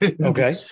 Okay